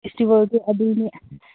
ꯐꯦꯁꯇꯤꯕꯜꯗꯣ ꯑꯗꯨꯅꯤ